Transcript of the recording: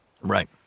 Right